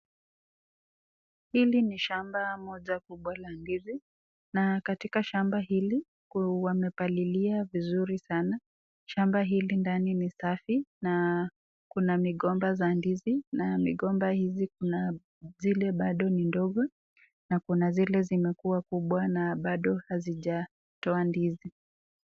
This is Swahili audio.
Hili ni shamba moja kubwa la ndizi na katika shamba hili kuwa wamepalilia vizuri sana. Shamba hili ndani ni safi na kuna migomba za ndizi na migomba hizi kuna zile bado ni ndogo na kuna zile zinakuwa kubwa na bado hazijatoa ndizi.